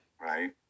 Right